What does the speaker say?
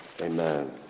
Amen